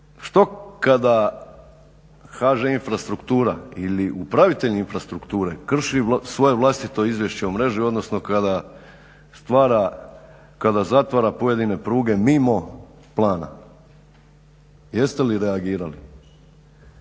što kada HŽ infrastruktura ili upravitelj infrastrukture krši svoje vlastito Izvješće o mreži, odnosno kada zatvara pojedine pruge mimo plana? Jeste li reagirali?